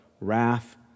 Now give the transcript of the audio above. wrath